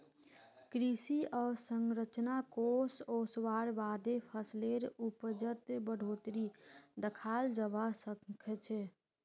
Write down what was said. कृषि अवसंरचना कोष ओसवार बादे फसलेर उपजत बढ़ोतरी दखाल जबा सखछे